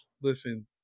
listen